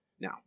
now